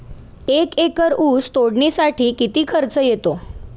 एक एकर ऊस तोडणीसाठी किती खर्च येतो?